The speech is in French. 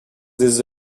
des